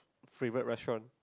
favourite restaurant